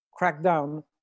crackdown